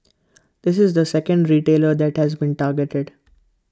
this is the second retailer that has been targeted